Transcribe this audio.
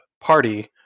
party